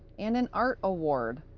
and an art award.